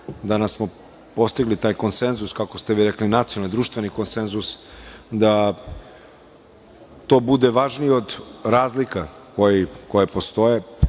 smo postigli taj konsenzus, kako ste vi rekli, nacionalni, društveni konsenzus da to bude važnije od razlika koje postoje